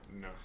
No